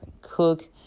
Cook